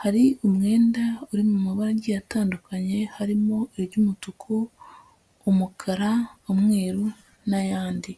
hari umwenda uri mu mabara agiye atandukanye harimo iry'umutuku, umukara, umweru n'ayandi.